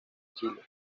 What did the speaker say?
chile